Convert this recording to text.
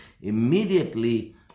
immediately